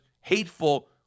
hateful